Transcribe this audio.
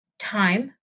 time